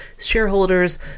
shareholders